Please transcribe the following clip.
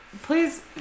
please